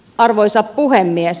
arvoisa puhemies